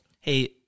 hey